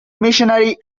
missionary